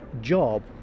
job